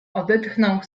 odetchnął